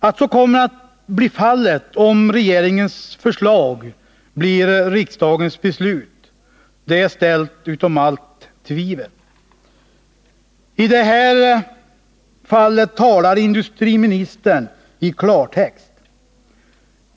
Att så kommer att bli fallet, om regeringens förslag blir riksdagens beslut, är ställt utom allt tvivel. I det fallet talar industriministern i klartext.